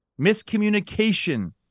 miscommunication